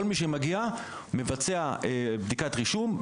כל מי שמגיע מבצע בדיקת רישום,